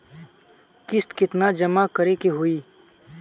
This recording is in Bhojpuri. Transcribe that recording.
किस्त केतना जमा करे के होई?